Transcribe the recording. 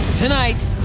Tonight